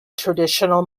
traditional